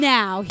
now